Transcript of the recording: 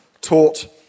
taught